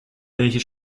welche